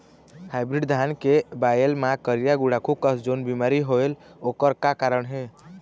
Hybrid धान के बायेल मां करिया गुड़ाखू कस जोन बीमारी होएल ओकर का कारण हे?